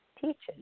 teaches